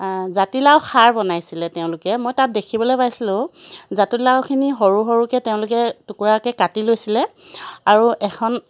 জাতিলাও খাৰ বনাইছিলে তেওঁলোকে মই তাত দেখিবলৈ পাইছিলোঁ জাতিলাওখিনি সৰু সৰুকৈ তেওঁলোকে টুকুৰাকৈ কাটি লৈছিলে আৰু এখন